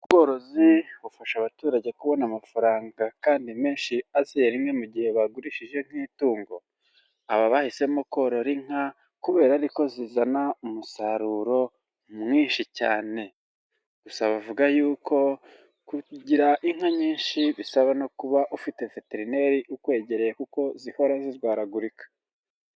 Ubworozi bufasha abaturage kubona amafaranga, kandi menshi, aziye rimwe mu gihe bagurishije nk'itungo. Aba bahisemo korora inka, kubera ariko zizana, umusaruro, mwinshi cyane. Gusa bavuga yuko, kugira inka nyinshi, bisaba no kuba ufite veterineri ukwegereye kuko zihora zirwaragurika.